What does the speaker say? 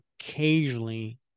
occasionally